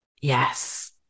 yes